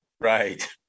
Right